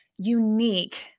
unique